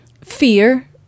Fear